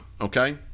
okay